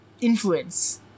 influence